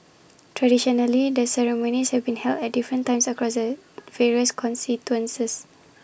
traditionally the ceremonies have been held at different times across various constituencies